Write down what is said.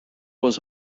was